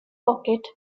pocket